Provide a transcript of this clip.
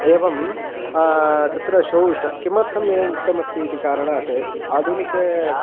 एवं तत्र शौच किमर्थमेव उक्तमस्ति इति कारणात् आधुनिक